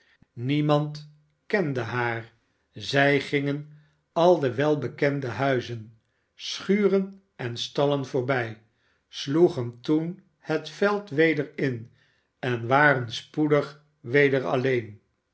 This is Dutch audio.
niemand kende haar zij gingen al de welbekende huizen schuren en stallen voorbij sloegen toen het veld weder in en waren spoedig weder alleen